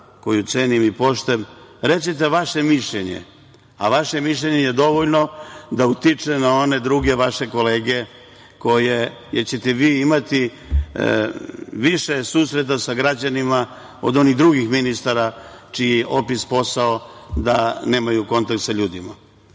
koju cenim i poštujem, recite vaše mišljenje, a vaše mišljenje je dovoljno da utiče na one druge vaše kolege. Vi ćete imati više susreta sa građanima od onih drugih ministara, čiji je opis posla da nemaju kontakt sa ljudima. Šta